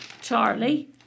Charlie